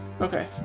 Okay